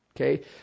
Okay